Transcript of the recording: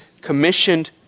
commissioned